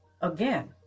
again